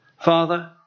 Father